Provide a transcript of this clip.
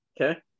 Okay